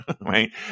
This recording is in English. right